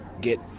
get